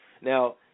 Now